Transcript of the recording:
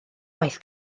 waith